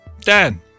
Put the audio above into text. Dan